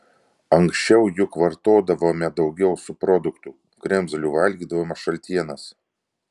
anksčiau juk vartodavome daugiau subproduktų kremzlių valgydavome šaltienas